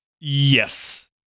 Yes